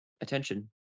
attention